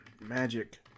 magic